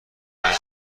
رنج